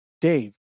Dave